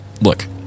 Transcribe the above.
look